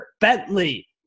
Bentley